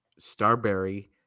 Starberry